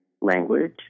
language